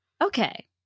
Okay